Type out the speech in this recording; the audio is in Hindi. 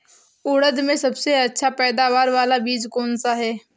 उड़द में सबसे अच्छा पैदावार वाला बीज कौन सा है?